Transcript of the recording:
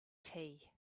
tea